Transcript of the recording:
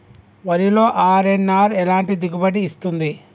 వరిలో అర్.ఎన్.ఆర్ ఎలాంటి దిగుబడి ఇస్తుంది?